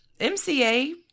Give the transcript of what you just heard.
MCA